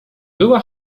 była